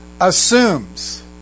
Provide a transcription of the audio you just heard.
assumes